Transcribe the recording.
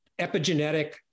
epigenetic